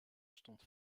stond